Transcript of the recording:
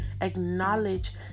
acknowledge